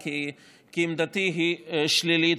כי הוא איתנו.